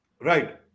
Right